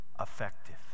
effective